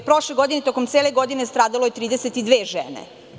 Prošle godine, tokom cele godine, stradalo je smrtno 32 žene.